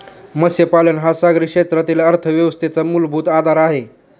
मत्स्यपालन हा सागरी क्षेत्रातील अर्थव्यवस्थेचा मूलभूत आधार आहे